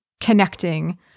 connecting